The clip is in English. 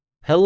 Hello